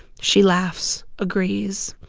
she laughs, agrees.